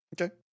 Okay